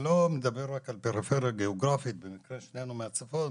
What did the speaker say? אני לא מדבר רק על פריפריה הגיאוגרפית במקרה שנינו מהצפון,